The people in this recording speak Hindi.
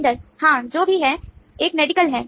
वेंडर हाँ जो भी है एक मेडिकल है